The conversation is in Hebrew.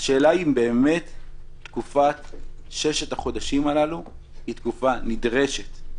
השאלה אם באמת תקופת ששת החודשים הללו היא תקופה נדרשת.